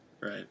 Right